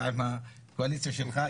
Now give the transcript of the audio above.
אלא עם הקואליציה שלך,